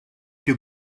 più